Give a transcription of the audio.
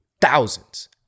thousands